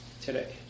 today